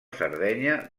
sardenya